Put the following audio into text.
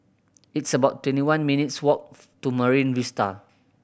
it's about twenty one minutes' walks to Marine Vista